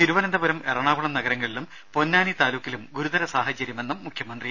തിരുവനന്തപുരം എറണാകുളം നഗരങ്ങളിലും പൊന്നാനി താലൂക്കിലും ഗുരുതര സാഹചര്യമെന്നും മുഖ്യമന്ത്രി